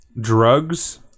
drugs